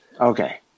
Okay